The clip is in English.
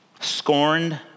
Scorned